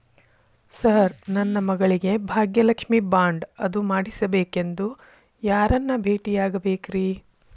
Sir ನನ್ನ ಮಗಳಿಗೆ Bhagyalakshmi bond ಅದು ಮಾಡಿಸಬೇಕೆಂದು ಯಾರನ್ನ ಭೇಟಿಯಾಗಬೇಕ್ರಿ?